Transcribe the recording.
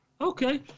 Okay